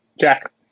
Jack